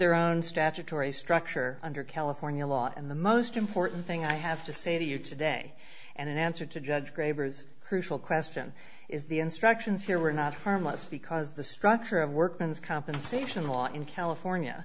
their own statutory structure under california law and the most important thing i have to say to you today and in answer to judge graders crucial question is the instructions here were not harmless because the structure of workman's compensation law in california